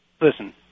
Listen